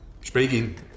speaking